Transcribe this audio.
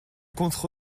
contre